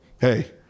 hey